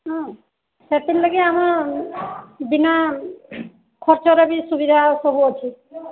ହଁ ସେଥିର୍ ଲାଗି ଆମ ବିନା ଖର୍ଚ୍ଚର ବି ସୁବିଧା ସବୁ ଅଛି